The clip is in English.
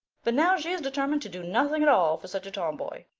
but now she is determined to do nothing at all for such a tomboy.